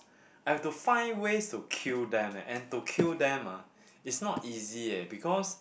I have to find ways to kill them eh and to kill them ah is not easy eh because